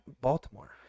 Baltimore